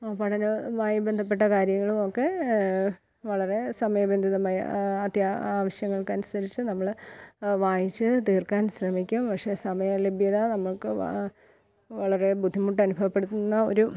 പഠനമായി ബന്ധപ്പെട്ട കാര്യങ്ങളുമൊക്കെ വളരെ സമയബന്ധിതമായ അത്യാവശ്യങ്ങൾക്ക് അനുസരിച്ച് നമ്മൾ വായിച്ചു തീർക്കാൻ ശ്രമിക്കും പഷെ സമയ ലഭ്യത നമുക്ക് വളരെ ബുദ്ധിമുട്ട് അനുഭവപ്പെടുത്തുന്ന ഒരു